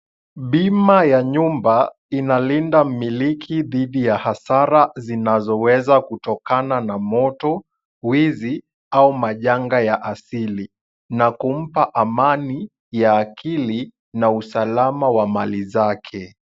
Bima ya nyumba inalinda mmiliki dhidi ya hasara zinazoweza kutokana na moto, wizi au majanga ya asili na kumpa amani ya akili na usalama wa mali zake.